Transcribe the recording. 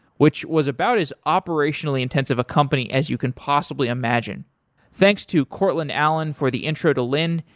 which was about as operationally intensive a company as you can possibly imagine thanks to courtland allen for the intro to lynne.